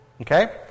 Okay